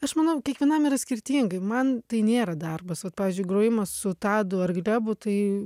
aš manau kiekvienam yra skirtingai man tai nėra darbas vat pavyzdžiui grojimas su tadu ar glebu tai